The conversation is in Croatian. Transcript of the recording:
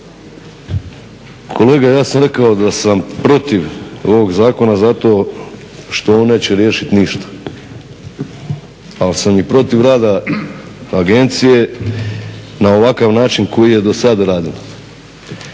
Kolega ja sam rekao da sam protiv ovog zakona zato što on neće riješiti ništa. Ali sam i protiv rada agencije na ovakav način koji je do sada radila.